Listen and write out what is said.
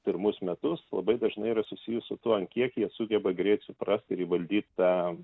pirmus metus labai dažnai yra susijus su tuo ant kiek jie sugeba greit suprast ir įvaldyt tą